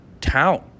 town